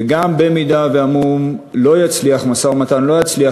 וגם אם המשא-ומתן לא יצליח,